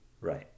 Right